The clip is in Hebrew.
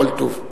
כל טוב.